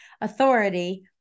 Authority